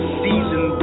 season